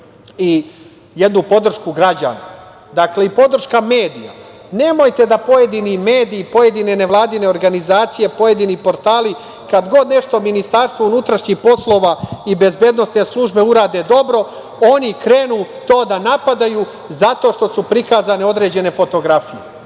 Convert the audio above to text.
i jednu podršku građana. Dakle i podrška medija, nemojte da pojedini mediji i pojedine nevladine organizacije, pojedini portali kad god nešto MUP-a i bezbednosne službe urade dobro, oni krenu to da napadaju zato što su prikazane određene fotografije. Pa,